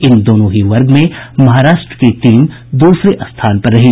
इन दोनों ही वर्ग में महाराष्ट्र की टीम दूसरे स्थान पर रही